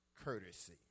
courtesy